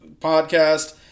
podcast